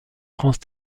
france